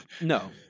no